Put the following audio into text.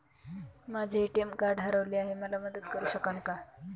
माझे ATM card हरवले आहे, मला मदत करु शकाल का?